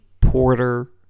porter